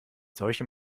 solchen